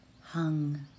hung